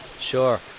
Sure